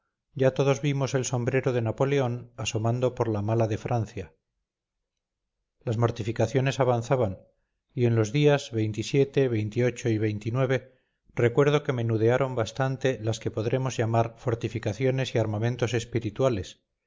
ya todos vimos el sombrero de napoleón asomando por la mala de francia las fortificaciones avanzaban y en los días y recuerdo que menudearon bastante las que podremos llamar fortificaciones y armamentos espirituales